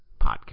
podcast